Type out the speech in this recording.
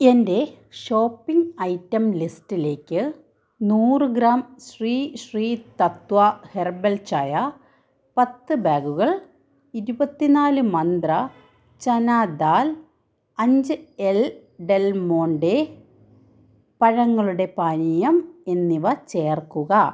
എന്റെ shopping item ലിസ്റ്റിലേക്ക് നൂറ് ഗ്രാം ശ്രീ ശ്രീ തത്വ ഹെർബൽ ചായ പത്ത് ബാഗുകൾ ഇരുപത്തി നാല് മന്ത്ര ചന ദാൽ അഞ്ച് എൽ ഡെൽമോണ്ടെ പഴങ്ങളുടെ പാനീയം എന്നിവ ചേർക്കുക